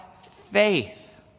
faith